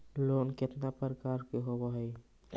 Loan केतना प्रकार के होव हइ?